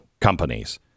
companies